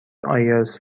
آیرس